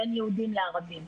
בין יהודים לערבים.